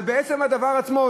אבל בעצם הדבר עצמו,